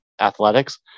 athletics